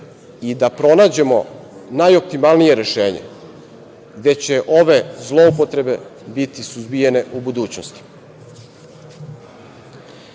i da pronađemo najoptimalnije rešenje, gde će ove zloupotrebe biti suzbijene u budućnosti. Na